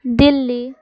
Delhi